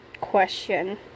question